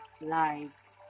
lives